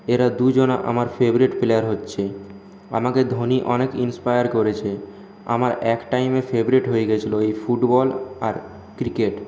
এরা দুজনে আমার ফেভারিট প্লেয়ার হচ্ছে আমাকে ধোনি অনেক ইনস্পায়ার করেছে আমার এক টাইমে ফেভারিট হয়ে গিয়েছিল এই ফুটবল আর ক্রিকেট